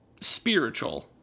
spiritual